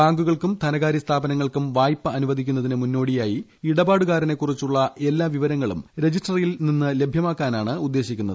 ബാങ്കുകൾക്കും ധനകാരൃ സ്ഥാപനങ്ങൾക്കും വായ്പ അനുവദിക്കുന്നതിന് മുന്നോടിയായി ഇടപാടുകാരനെ കുറിച്ചുള്ള എല്ലാ വിവരങ്ങളും രജിസ്ട്രറിയിൽ നിന്ന് ലഭ്യമാക്കാനാണ് ഉദ്ദേശിക്കുന്നത്